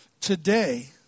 today